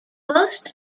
most